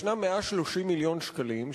יש 130 מיליון שקלים,